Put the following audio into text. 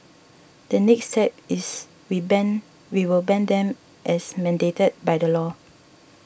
the next step is we ban we will ban them as mandated by the law